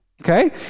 Okay